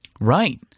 Right